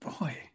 boy